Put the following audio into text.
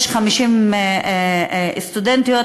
יש 50% סטודנטיות,